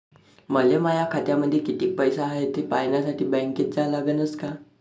मले माया खात्यामंदी कितीक पैसा हाय थे पायन्यासाठी बँकेत जा लागनच का?